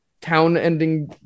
town-ending